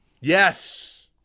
Yes